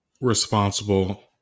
responsible